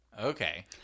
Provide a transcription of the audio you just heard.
okay